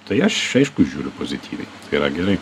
tai aš aišku žiūriu pozityviai yra gerai